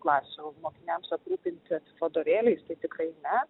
klasių mokiniams aprūpinti vadovėliais tai tikrai ne